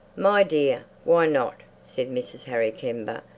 my dear why not? said mrs. harry kember,